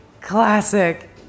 Classic